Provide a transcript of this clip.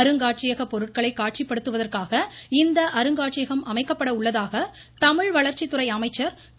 அருங்காட்சியகப் பொருட்களை காட்சிப் படுத்துவதற்காக இந்த அருங்காட்சியகம் அமைக்கப்பட உள்ளதாக தமிழ்வளர்ச்சித்துறை அமைச்சர் திரு